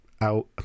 out